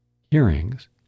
hearings